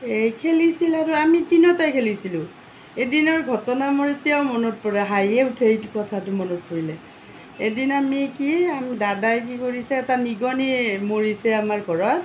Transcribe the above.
এই খেলিছিল আৰু আমি তিনিওটাই খেলিছিলোঁ এদিনৰ ঘটনা মোৰ এতিয়াও মনত পৰে হাঁহিয়ে উঠে এইটো কথাটো মনত পৰিলে এদিন আমি কি দাদাই কি কৰিছে এটা নিগনি মৰিছে আমাৰ ঘৰত